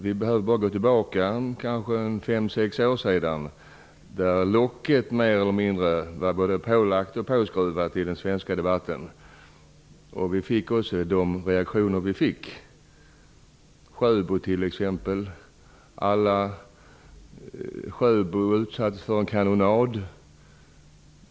Vi behöver bara gå tillbaka 5-6 år då locket mer eller mindre var både pålagt och påskruvat i den svenska debatten, då vi också fick de reaktioner vi fick som i exemplet Sjöbo. Sjöbo utsattes för en kanonad.